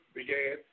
began